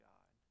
God